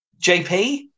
JP